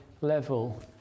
level